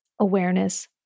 awareness